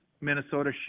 Minnesota